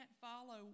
follow